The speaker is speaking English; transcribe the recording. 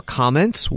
comments